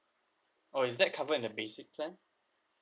oh is that covered in the basic plan